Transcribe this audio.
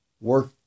Work